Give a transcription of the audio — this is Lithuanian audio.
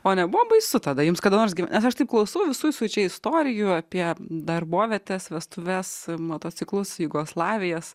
o nebuvo baisu tada jums kada nors nes aš taip klausau visų jūsų čia istorijų apie darbovietes vestuves motociklus jugoslavijas